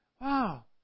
Wow